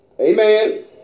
Amen